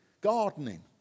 gardening